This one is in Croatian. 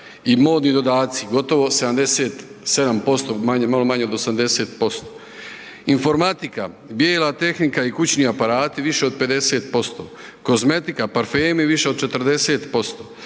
i modni dodaci, gotovo 77% malo manje od 80%. Informatika, bijela tehnika i kućni aparati više od 50% Kozmetika, parfemi više od 40%.